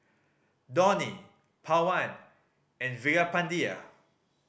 Dhoni Pawan and Veerapandiya